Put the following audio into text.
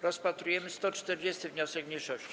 Rozpatrujemy 146. wniosek mniejszości.